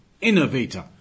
innovator